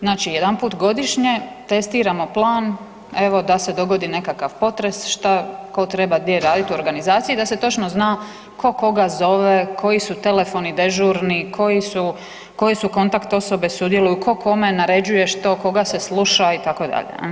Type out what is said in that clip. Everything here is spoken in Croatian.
Znači jedanput godišnje testiramo plan evo da se dogodi nekakav potres šta tko treba gdje raditi u organizaciji da se točno zna tko koga zove, koji su telefoni dežurni, koje kontakt osobe sudjeluju, tko kome naređuje, što, koga se sluša itd.